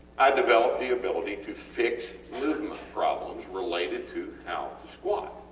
i developed the ability to fix movement problems related to how to squat and